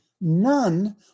none